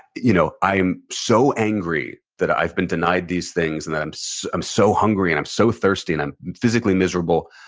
you know i am so angry that i've been denied these things, and i'm so i'm so hungry, and i'm so thirsty, and i'm physically miserable.